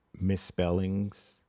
Misspellings